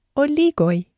oligoi